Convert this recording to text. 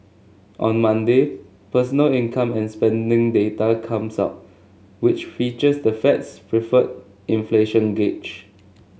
on Monday personal income and spending data comes up which features the Fed's preferred inflation gauge